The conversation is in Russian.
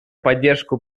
поддержку